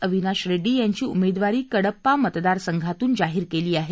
अविनाश रेड्डी यांची उमेदवारी कडापा मतदार संघातून जाहीर केली आहे